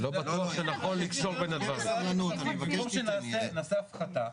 אולי נעשה הפחתה,